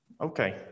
okay